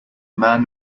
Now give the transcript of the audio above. man